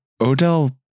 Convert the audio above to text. Odell